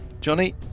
Johnny